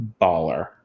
Baller